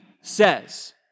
says